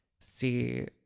see